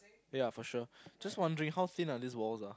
ya for sure just wondering how thin are these walls ah